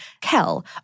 kel